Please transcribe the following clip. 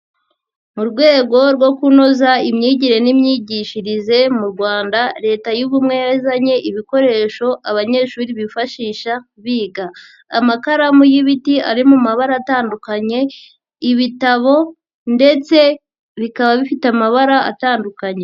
Mu rwego rwo kunoza imyigire n'imyigishirize mu Rwanda, leta y'ubumwe yazanye ibikoresho abanyeshuri bifashisha biga. Amakaramu y'ibiti ari mu mabara atandukanye, ibitabo ndetse bikaba bifite amabara atandukanye.